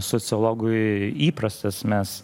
sociologui įprastas mes